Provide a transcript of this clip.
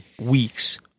weeks